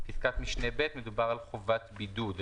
בפסקת משנה (ב) מדובר על חובת בידוד.